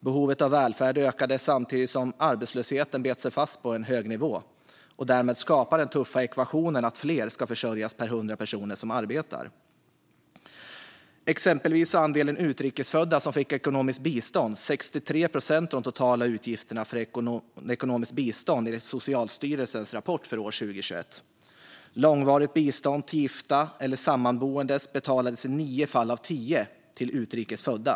Behovet av välfärd ökade samtidigt som arbetslösheten bet sig fast på en hög nivå. Därmed skapas den tuffa ekvationen att fler ska försörjas per 100 personer som arbetar. Exempelvis var andelen utrikes födda som fick ekonomiskt bistånd 63 procent av de totala utgifterna för ekonomiskt bistånd, enligt Socialstyrelsens rapport för 2021. Långvarigt bistånd till gifta eller sammanboende betalades i nio fall av tio till utrikes födda.